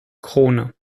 krone